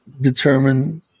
determine